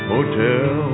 Hotel